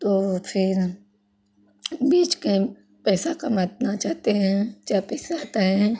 तो फिर बेच कर पैसा कमाना चाहते हैं चार पैसा आता है